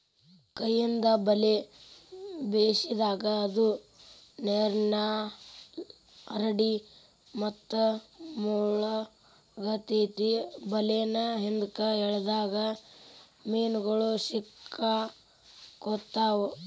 ಕೈಯಿಂದ ಬಲೆ ಬೇಸಿದಾಗ, ಅದು ನೇರಿನ್ಮ್ಯಾಲೆ ಹರಡಿ ಮತ್ತು ಮುಳಗತೆತಿ ಬಲೇನ ಹಿಂದ್ಕ ಎಳದಾಗ ಮೇನುಗಳು ಸಿಕ್ಕಾಕೊತಾವ